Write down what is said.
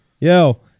Yo